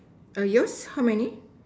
are yours how many